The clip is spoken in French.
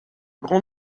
grand